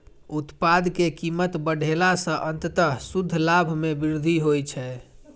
उत्पाद के कीमत बढ़ेला सं अंततः शुद्ध लाभ मे वृद्धि होइ छै